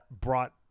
brought